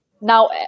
now